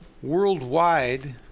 Worldwide